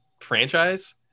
franchise